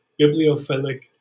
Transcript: bibliophilic